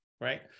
Right